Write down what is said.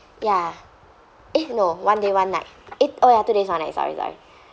ya eh no one day one night eh oh ya two days one night sorry sorry